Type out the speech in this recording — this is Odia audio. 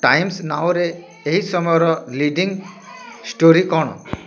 ଟାଇମ୍ସ୍ ନାଓରେ ଏହି ସମୟର ଲିଡ଼ିଂ ଷ୍ଟୋରି କ'ଣ